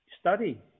study